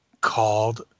called